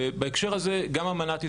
בהקשר הזה, גם אמנת איסטנבול,